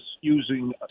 using